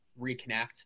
reconnect